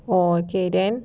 oh okay then